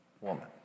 woman